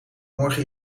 morgen